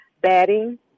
batting